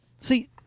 See